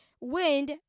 wind